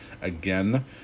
again